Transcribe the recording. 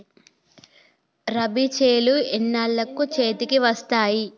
రబీ చేలు ఎన్నాళ్ళకు చేతికి వస్తాయి?